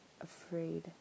afraid